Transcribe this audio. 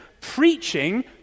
preaching